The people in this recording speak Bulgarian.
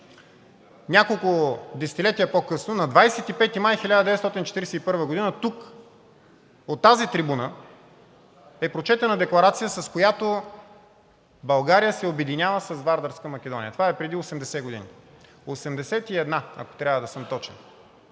Няколко десетилетия по късно, на 25 май 1941 г., тук, от тази трибуна, е прочетена декларация, с която България се обединява с Вардарска Македония – това е преди 80 години – 81, ако трябва да съм точен.